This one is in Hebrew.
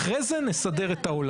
אחרי זה נעשה את ההסדר